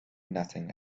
nothing